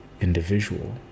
individual